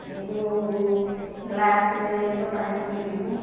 ଏ ଯେଉଁ ଗ୍ଲାସରେ ତ ପାଣି ପିଇବୁ